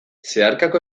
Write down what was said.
zeharkako